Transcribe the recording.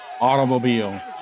Automobile